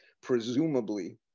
presumably